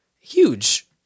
huge